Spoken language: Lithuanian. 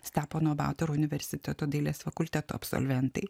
stepono batoro universiteto dailės fakulteto absolventai